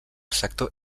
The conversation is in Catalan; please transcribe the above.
sector